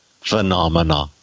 phenomena